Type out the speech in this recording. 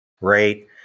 right